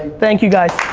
thank you guys.